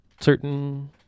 certain